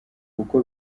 kuko